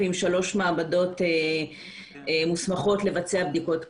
עם 3 מעבדות מוסמכות לבצע בדיקות פלקל.